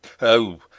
Oh